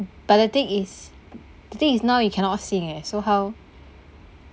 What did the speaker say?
but the thing is the thing is now you cannot sing eh so how